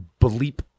bleep